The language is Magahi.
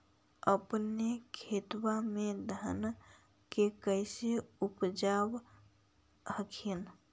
अपने खेतबा मे धन्मा के कैसे उपजाब हखिन?